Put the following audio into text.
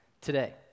today